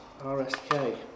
RSK